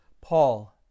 Paul